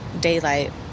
daylight